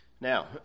Now